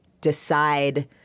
decide